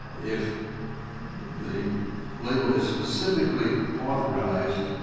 if the label is specifically authorized,